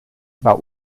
about